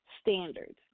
standards